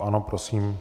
Ano, prosím.